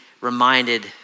reminded